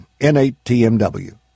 N8TMW